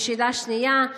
בשני אלה, ושוב,